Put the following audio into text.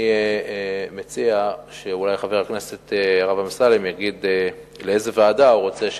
אני מציע שאולי חבר הכנסת הרב אמסלם יגיד לאיזו ועדה הוא רוצה,